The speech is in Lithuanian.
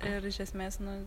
ir iš esmės nu